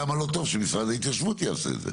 למה לא טוב שמשרד ההתיישבות יעשה את זה?